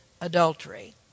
adultery